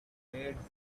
edges